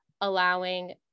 allowing